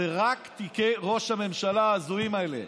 זה רק תיקי ראש הממשלה ההזויים האלה.